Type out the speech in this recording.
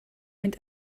mynd